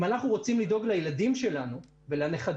אם אנחנו רוצים לדאוג לילדים שלנו ולנכדים